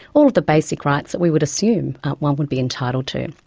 all of the basic rights that we would assume one would be entitled to.